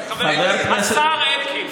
השר אלקין,